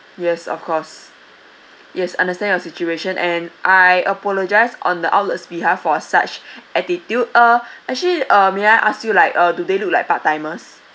yes of course yes understand your situation and I apologise on the outlet's behalf for such attitude uh actually uh may I ask you like uh do they look like part timers